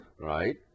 right